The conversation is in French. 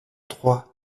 trois